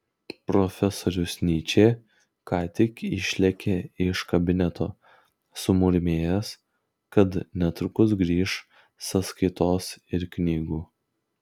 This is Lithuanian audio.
profesorius nyčė ką tik išlėkė iš kabineto sumurmėjęs kad netrukus grįš sąskaitos ir knygų